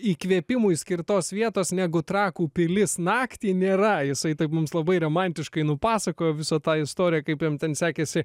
įkvėpimui skirtos vietos negu trakų pilis naktį nėra jisai taip mums labai romantiškai nupasakojo visą tą istoriją kaip jam ten sekėsi